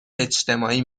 اجتماعی